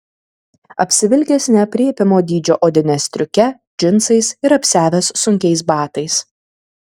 apsivilkęs neaprėpiamo dydžio odine stiuke džinsais ir apsiavęs sunkiais batais